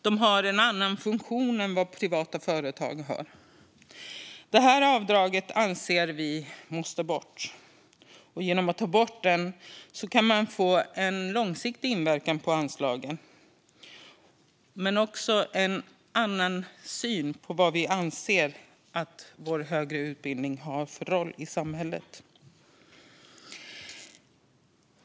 De har en annan funktion än vad privata företag har. Vi anser att detta avdrag måste bort. Genom att ta bort det kan man få en långsiktig inverkan på anslagen men också en annan syn på den högre utbildningens roll i samhället.